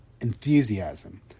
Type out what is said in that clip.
enthusiasm